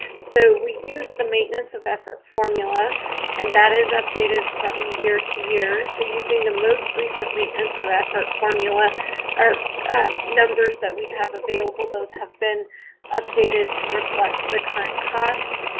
so we use the maintenance of effort formula and that is updated from year to year. so using the most recent maintenance of effort, formula or numbers that we have available, those have been updated to reflect the current costs.